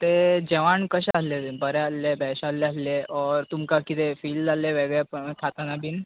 तें जेवण कशें आसलले बरें आसले बेळशाल्ले आसले ऑर तुमकां कितें फिल जाल्ले वेगळे खाताना बीन